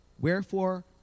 Wherefore